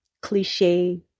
cliche